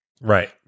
Right